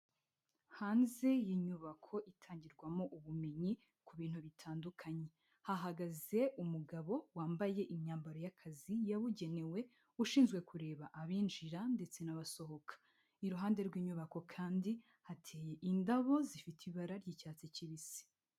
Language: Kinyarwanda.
Hanze y'inyubako itangirwamo ubumenyi ku bintu bitandukanye. Hahagaze umugabo wambaye imyambaro y'akazi yabugenewe, ushinzwe kureba abinjira ndetse n'abasohoka. Iruhande rw'inyubako kandi hateye indabo zifite ibara ry'icyatsi kibisi.